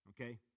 Okay